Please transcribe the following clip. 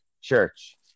Church